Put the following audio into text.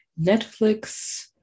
Netflix